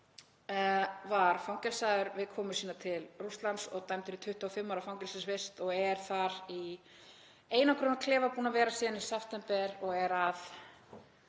var fangelsaður við komu sína til Rússlands og dæmdur í 25 ára fangelsisvist. Hann er þar í einangrunarklefa og búinn að vera síðan í september og er